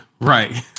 Right